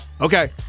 Okay